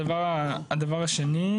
מבקש להוסיף עוד משפט להערה הזאת,